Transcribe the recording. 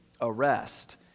arrest